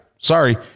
Sorry